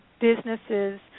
businesses